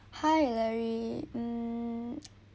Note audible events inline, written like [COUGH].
hi larry mm [NOISE]